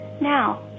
Now